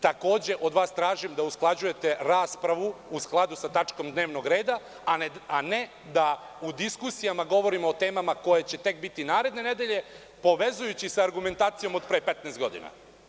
Takođe, od vas tražim da usklađujete raspravu u skladu sa tačkom dnevnog reda, a ne da u diskusijama govorimo o temama koje će biti tek naredne nedelje, povezujući sa argumentacijom od pre 15 godina.